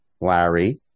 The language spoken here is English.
Larry